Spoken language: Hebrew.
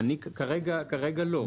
כרגע לא.